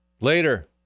Later